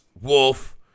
Wolf